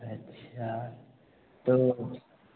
अच्छा तो